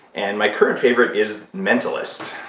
and my current favorite is mentalist.